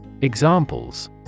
Examples